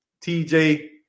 TJ